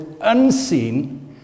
unseen